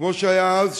כמו שהיה אז,